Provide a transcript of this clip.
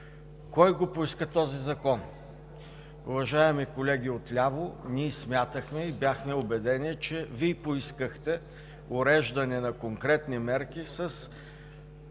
Кой го поиска този закон? Уважаеми колеги отляво, ние смятахме и бяхме убедени, че Вие поискахте уреждане на конкретни мерки с